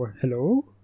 Hello